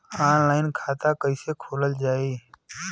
Online खाता कईसे खोलल जाई?